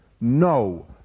No